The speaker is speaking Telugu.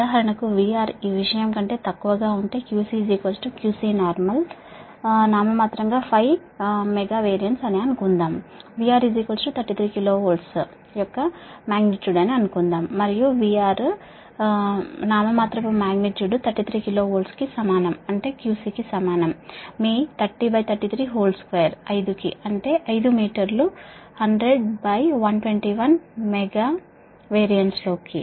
ఉదాహరణకు VR ఈ విషయం కంటే తక్కువగా ఉంటే QC QCnominal 5 MVAR అని అనుకుందాం VR యొక్క మాగ్నిట్యూడ్ VR 33KV అనుకుంటే QC మీ 30332 కి సమానం అంటే 5 మీ 100121 మెగా VAR లోకి